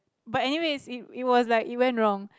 but anyway it it was like it went wrong